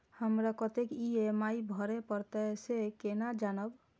हमरा कतेक ई.एम.आई भरें परतें से केना जानब?